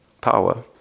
power